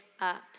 up